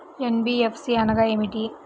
NBFC అనగా ఏమిటీ?